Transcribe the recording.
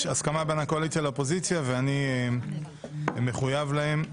הסכמה בין הקואליציה לאופוזיציה ואני מחויב להם.